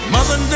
Mother